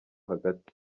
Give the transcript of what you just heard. hagati